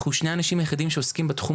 אנחנו שני האנשים היחידים שעוסקים בתחום